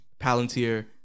Palantir